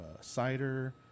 cider